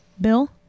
bill